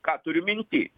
ką turiu minty